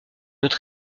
autre